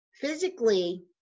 physically